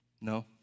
no